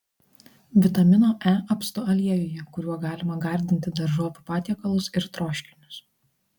vitamino e apstu aliejuje kuriuo galima gardinti daržovių patiekalus ir troškinius